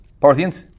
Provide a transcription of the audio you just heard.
Parthians